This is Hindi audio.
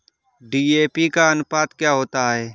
डी.ए.पी का अनुपात क्या होता है?